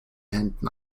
händen